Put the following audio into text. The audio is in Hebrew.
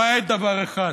למעט דבר אחד,